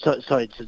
Sorry